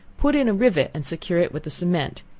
put in a rivet and secure it with the cement,